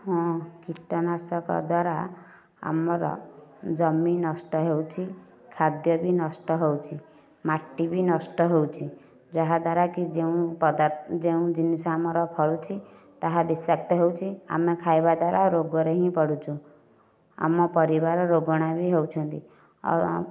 ହଁ କୀଟନାଶକ ଦ୍ୱାରା ଆମର ଜମି ନଷ୍ଟ ହେଉଛି ଖାଦ୍ୟ ବି ନଷ୍ଟ ହେଉଛି ମାଟି ବି ନଷ୍ଟ ହେଉଛି ଯାହାଦ୍ୱାରା କି ଯେଉଁ ପଦାର୍ଥ ଯେଉଁ ଜିନିଷ ଆମର ଫଳୁଛି ତାହା ବିଷାକ୍ତ ହେଉଛି ଆମେ ଖାଇବା ଦ୍ୱାରା ରୋଗରେ ହିଁ ପଡ଼ୁଛୁ ଆମ ପରିବାର ରୋଗଣା ବି ହେଉଛନ୍ତି ଆଉ